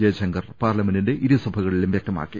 ജയശങ്കർ പാർലമെന്റിന്റെ ഇരുസഭ കളിലും വൃക്തമാക്കി